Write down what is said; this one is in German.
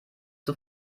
zur